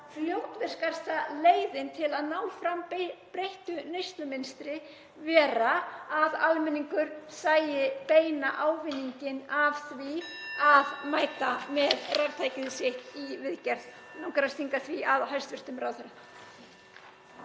fljótvirkasta leiðin til að ná fram breyttu neyslumynstri verið að almenningur sæi beinan ávinning af því að mæta með raftækið sitt í viðgerð. Mig langar að stinga því að hæstv. ráðherra.